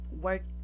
work